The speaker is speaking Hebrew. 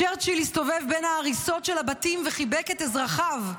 צ'רצ'יל הסתובב בין ההריסות של הבתים וחיבק את אזרחיו,